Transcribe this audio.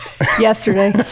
yesterday